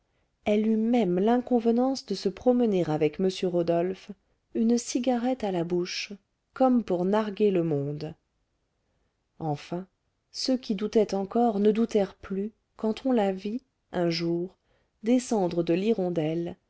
elle eut même l'inconvenance de se promener avec m rodolphe une cigarette à la bouche comme pour narguer le monde enfin ceux qui doutaient encore ne doutèrent plus quand on la vit un jour descendre de l'hirondelle